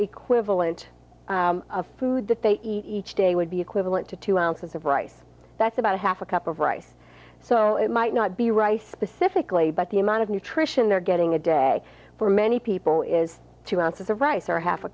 equivalent of food that they each day would be equivalent to two ounces of rice that's about a half a cup of rice so it might not be rice specifically but the amount of nutrition they're getting a day for many people is two ounces the rice or half a